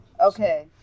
Okay